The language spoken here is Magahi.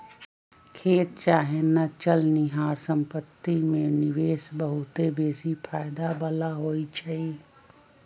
खेत चाहे न चलनिहार संपत्ति में निवेश बहुते बेशी फयदा बला होइ छइ